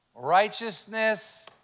Righteousness